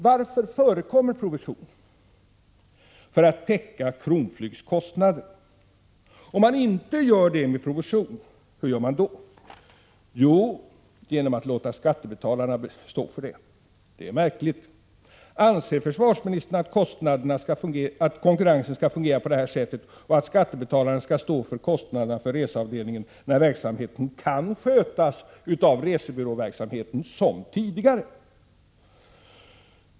Varför förekommer provision? Jo, för att täcka Kronflygs kostnader. Om man inte gör det med provision, hur gör man då? Jo, man låter skattebetalarna stå för kostnaderna. Det är märkligt. Anser försvarsministern att konkurrensen skall fungera på det här sättet och att skattebetalarna skall stå för kostnaderna för reseavdelningen, när verksamheten kan skötas av resebyråbranschen, som tidigare?